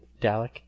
dalek